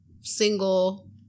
single